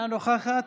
אינה נוכחת,